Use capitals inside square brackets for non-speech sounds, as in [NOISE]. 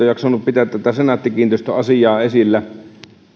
[UNINTELLIGIBLE] jaksanut pitää tätä senaatti kiinteistöt asiaa esillä